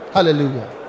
Hallelujah